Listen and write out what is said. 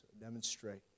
demonstrate